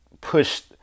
pushed